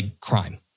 crime